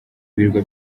ibirwa